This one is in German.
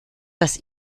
das